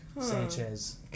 Sanchez